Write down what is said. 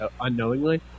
unknowingly